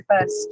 first